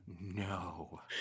no